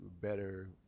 better